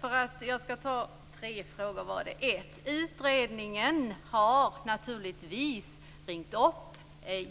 Fru talman! Jag ska besvara frågorna. Utredningen har naturligtvis ringt upp